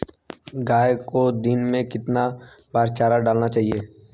गाय को दिन में कितनी बार चारा डालना चाहिए?